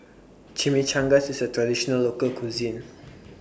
Chimichangas IS A Traditional Local Cuisine